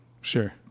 Sure